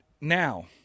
now